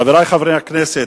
חברי חברי הכנסת,